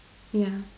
yeah